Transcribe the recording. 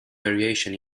variation